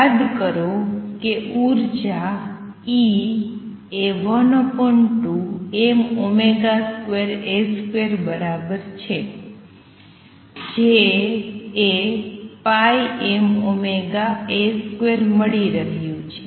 યાદ કરો કે ઉર્જા E એ 12m2A2 બરાબર છે J એ πmωA2 મળી રહિયું છે